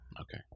Okay